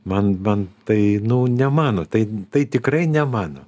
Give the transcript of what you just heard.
man man tai nu ne mano tai tai tikrai ne mano